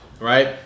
right